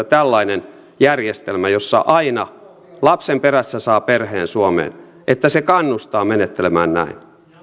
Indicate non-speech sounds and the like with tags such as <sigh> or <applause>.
<unintelligible> tällainen järjestelmä jossa aina lapsen perässä saa perheen suomeen kannustaa menettelemään näin